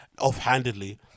offhandedly